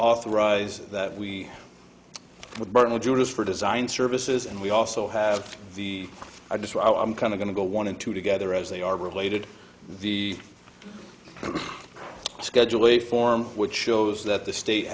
authorize that we brought in with judas for design services and we also have the i just i'm kind of going to go one and two together as they are related the schedule a form which shows that the state